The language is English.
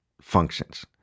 functions